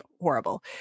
horrible